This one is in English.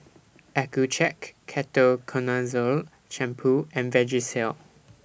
Accucheck Ketoconazole Shampoo and Vagisil